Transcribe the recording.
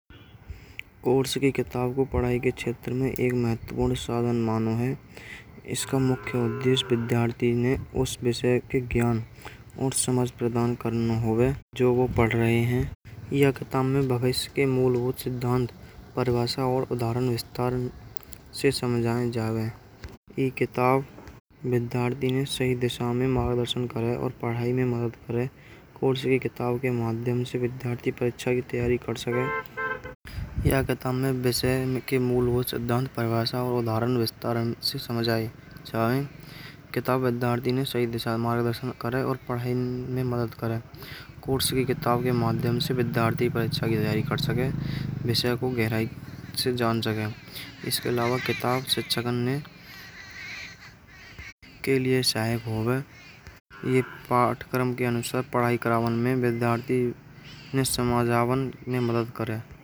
पढ़ाई के क्षेत्र में, एक महत्वपूर्ण साधन मानव है। इसका मुख्य उद्देश्य विद्यार्थी ने उसे विषय के ज्ञान और समस्त प्रदान करना है। हुवे जो वह पढ़ सिद्धांत परिभाषा और उदाहरण विस्तार समझाए जा रहे हैं। किताब में तर दिए हैं सही दिशा में मार्गदर्शन करें और पढ़ाई में मदद करें। कोर्स की किताब के माध्यम से विद्याथी परीक्षा की तैयारी कर सके। क्या काम में विषय सिद्धांत परिभाषा और उदाहरण विस्तार से समझाए जाए। किताब दी ने सही दिशा मार्गदर्शन करें और पढ़ाई में मदद करें। कोर्स की किताब के माध्यम से विद्याथी परीक्षा की तैयारी कर सके। विषय को गहराई से जान सके। इसके अलावा किताब शिक्षागण ने उनके लिए शायद होगा। पाठ्यक्रम के अनुसार पढ़ाई करावल में विद्याथी समझावन में मदद करें।